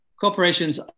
Corporations